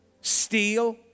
steal